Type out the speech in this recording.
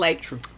True